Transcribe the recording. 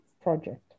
project